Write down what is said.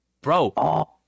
Bro